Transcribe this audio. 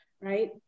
right